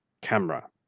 camera